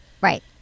Right